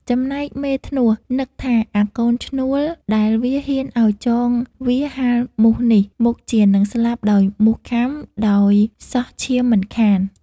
ចំណែកមេធ្នស់នឹកថា អាកូនឈ្នួល ដែលវាហ៊ានឲ្យចងវាហាលមូសនេះ មុខជានឹងស្លាប់ដោយមូសខាំ ដោយសោះឈាមមិនខាន។